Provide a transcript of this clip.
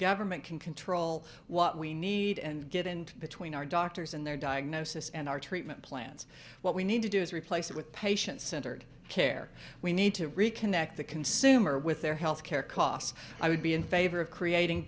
government can control what we need and get in between our doctors and their diagnosis and our treatment plans what we need to do is replace it with patient centered care we need to reconnect the consumer with their health care costs i would be in favor of creating